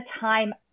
time